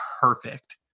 perfect